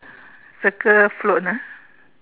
circle float ah